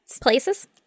Places